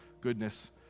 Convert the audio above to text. goodness